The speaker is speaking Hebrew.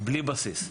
בלי בסיס.